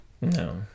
no